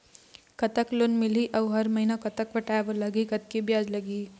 कतक लोन मिलही अऊ हर महीना कतक पटाए बर लगही, कतकी ब्याज लगही?